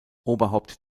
oberhaupt